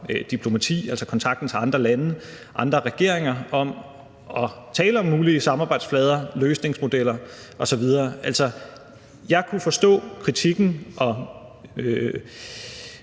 diplomati, altså kontakten til andre lande, andre regeringer om at tale om mulige samarbejdsflader, løsningsmodeller osv. Jeg kunne forstå kritikken og